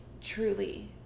truly